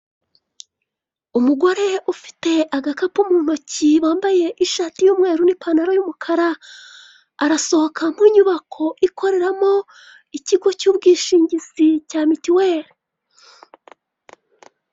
Umugore ufite agakapu mu ntoki, wambaye ishati y'umweru n'ipantaro y'umukara arasohoka mu nyubako ikoreramo ikigo cy'ubwishingizi cya Mituweli.